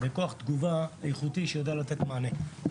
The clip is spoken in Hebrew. וגם כוח תגובה איכותי שיודע לתת מענה.